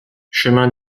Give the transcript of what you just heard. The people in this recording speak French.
chemin